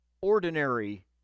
ordinary